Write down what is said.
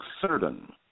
certain